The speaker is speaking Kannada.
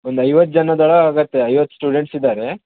ಒಂದು ಐವತ್ತು ಜನದಾರ ಆಗತ್ತೆ ಐವತ್ತು ಸ್ಟೂಡೆಂಟ್ಸ್ ಇದ್ದಾರೆ